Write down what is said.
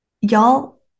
Y'all